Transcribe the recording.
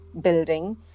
building